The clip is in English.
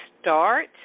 start